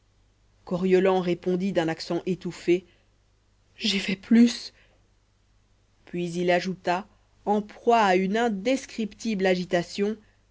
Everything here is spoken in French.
coriolan répondit d'un accent étouffé j'ai fait plus puis il ajouta en proie à une indescriptible agitation